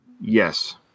Yes